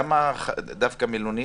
למה דווקא מלונית?